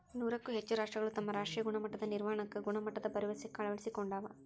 ನೂರಕ್ಕೂ ಹೆಚ್ಚ ರಾಷ್ಟ್ರಗಳು ತಮ್ಮ ರಾಷ್ಟ್ರೇಯ ಗುಣಮಟ್ಟದ ನಿರ್ವಹಣಾಕ್ಕ ಗುಣಮಟ್ಟದ ಭರವಸೆಕ್ಕ ಅಳವಡಿಸಿಕೊಂಡಾವ